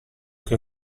che